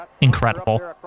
incredible